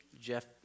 Jeff